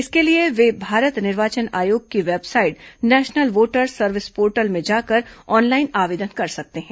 इसके लिए वे भारत निर्वाचन आयोग की website national voter service portal में जाकर ऑनलाइन आवेदन कर सकते हैं